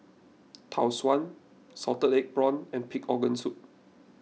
Tau Suan Salted Egg Prawns and Pig Organ Soup